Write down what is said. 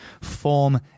form